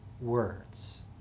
words